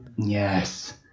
yes